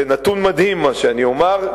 זה נתון מדהים מה שאומר,